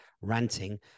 ranting